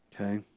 Okay